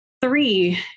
three